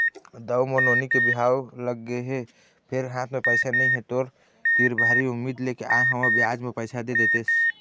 दाऊ मोर नोनी के बिहाव लगगे हे फेर हाथ म पइसा नइ हे, तोर तीर भारी उम्मीद लेके आय हंव बियाज म पइसा दे देतेस